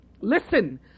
Listen